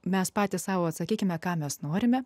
mes patys sau atsakykime ką mes norime